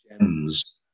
gems